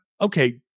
okay